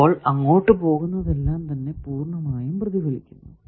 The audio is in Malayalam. അപ്പോൾ അങ്ങോട്ട് പോകുന്നതെല്ലാം തന്നെ പൂർണമായും പ്രതിഫലിക്കുന്നു